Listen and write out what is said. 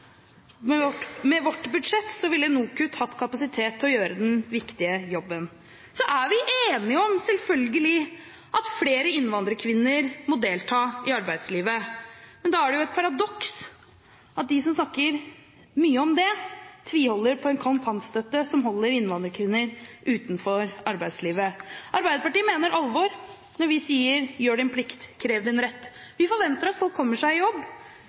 med en app. Med vårt budsjett ville NOKUT hatt kapasitet til å gjøre den viktige jobben. Vi er enige om, selvfølgelig, at flere innvandrerkvinner må delta i arbeidslivet. Da er det et paradoks at de som snakker mye om det, tviholder på en kontantstøtte som holder innvandrerkvinner utenfor arbeidslivet. Arbeiderpartiet mener alvor når vi sier: Gjør din plikt, krev din rett. Vi forventer at folk kommer seg i jobb,